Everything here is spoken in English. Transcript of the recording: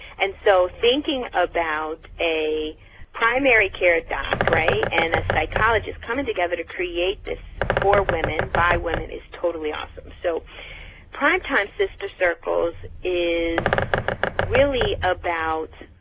and so thinking about a primary care doc, right, and a psychologist coming together to create this for women, by women, is totally awesome. so prime time sister circles is really about